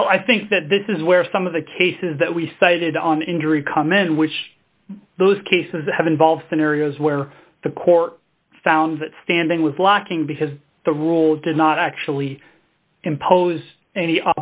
well i think that this is where some of the cases that we cited on injury come in which those cases have involved scenarios where the court found that standing with blocking because the rules did not actually impose any